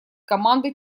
команды